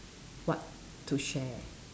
what to share